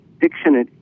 dictionary